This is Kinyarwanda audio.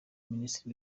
minisitiri